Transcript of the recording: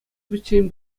пӗччен